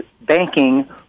banking